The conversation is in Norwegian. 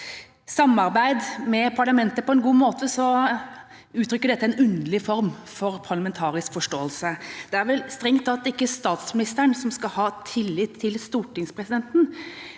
samarbeid med parlamentet på en god måte, uttrykker dette en underlig form for parlamentarisk forståelse. Det er vel strengt tatt ikke statsministeren som skal ha tillit til stortingspresidenten,